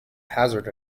hazard